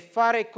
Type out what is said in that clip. fare